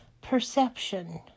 perception